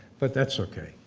but that's okay,